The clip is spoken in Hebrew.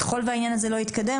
ככל והעניין הזה לא יתקדם,